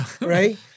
right